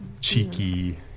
cheeky